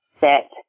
set